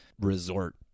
resort